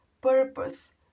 purpose